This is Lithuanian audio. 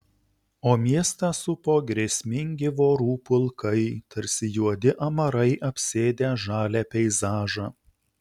o miestą supo grėsmingi vorų pulkai tarsi juodi amarai apsėdę žalią peizažą